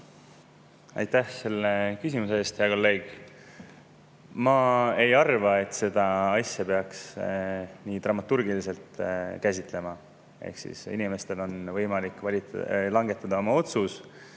Aitäh selle küsimuse eest, hea kolleeg! Ma ei arva, et seda asja peaks nii dramaatiliselt käsitlema. Inimestel on võimalik langetada oma otsus.